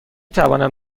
توانم